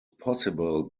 possible